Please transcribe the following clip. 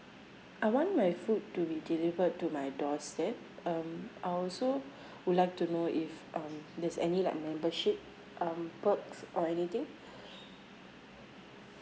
I want my food to be delivered to my doorstep um I also would like to know if um there's any like membership um perks or anything